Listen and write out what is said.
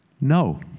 No